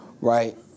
Right